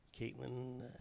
Caitlin